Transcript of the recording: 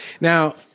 Now